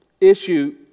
issue